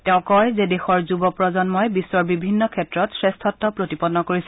তেওঁ কয় যে দেশৰ যুৱপ্ৰজন্মই বিশ্বৰ বিভিন্ন ক্ষেত্ৰত শ্ৰেষ্ঠত্ প্ৰতিপন্ন কৰিছে